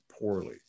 poorly